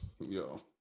Yo